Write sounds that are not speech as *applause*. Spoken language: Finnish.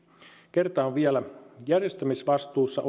kertaan vielä järjestämisvastuussa *unintelligible*